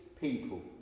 people